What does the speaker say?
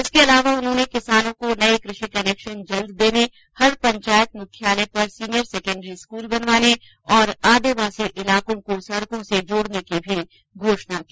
इसके अलावा उन्होंने किसानों को नए कृषि कनेक्शन जल्द देने हर पंचायत मुख्यालय पर सीनियर सैकण्डरी स्कूल बनवाने और आदिवासी इलाकों को सडकों द्वारा जोडने की भी घोषणा की